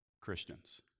Christians